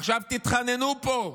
עכשיו תתחננו פה.